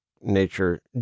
nature